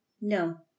No